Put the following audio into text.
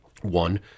One